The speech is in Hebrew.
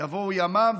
יבואו ימ"מ,